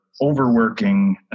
overworking